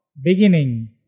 beginning